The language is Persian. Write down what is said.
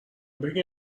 بگین